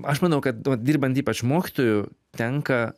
aš manau kad vat dirbant ypač mokytoju tenka